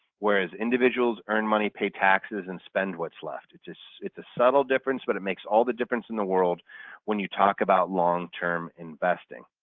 whereas individuals earn money, pay taxes, and spend what's left. it's it's a subtle difference but it makes all the difference in the world when you talk about long term investing.